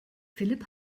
philipp